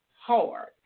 hard